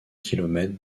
kilomètres